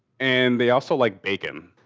and they also like bacon.